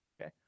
okay